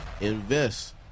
Invest